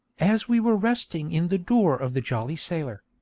as we were resting in the door of the jolly sailor.